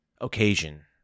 occasion